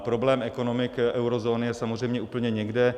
Problém ekonomik eurozóny je samozřejmě úplně někde.